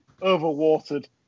overwatered